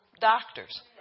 doctors